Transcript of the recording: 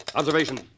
Observation